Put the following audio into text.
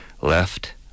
left